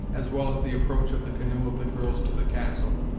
as well as the approach of the canoe of the girls to the castle,